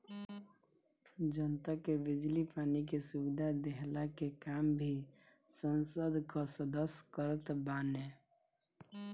जनता के बिजली पानी के सुविधा देहला के काम भी संसद कअ सदस्य करत बाने